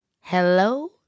Hello